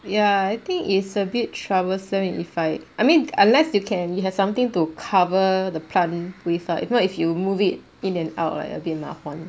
ya I think is a bit troublesome if like I mean unless you can you have something to cover the plant with lah if not if you move it in and out like a bit 麻烦